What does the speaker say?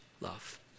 love